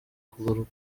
kugaruka